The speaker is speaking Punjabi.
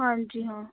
ਹਾਂਜੀ ਹਾਂ